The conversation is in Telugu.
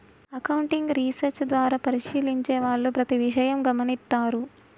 అకౌంటింగ్ రీసెర్చ్ ద్వారా పరిశీలించే వాళ్ళు ప్రతి విషయం గమనిత్తారు